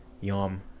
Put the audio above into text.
yum